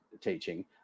teaching